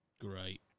Great